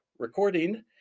Recording